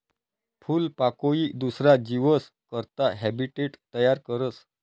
फूलपाकोई दुसरा जीवस करता हैबीटेट तयार करस